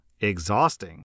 exhausting